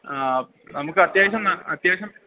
ആ നമുക്ക് അത്യാവശ്യം അത്യാവശ്യം